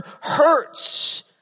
hurts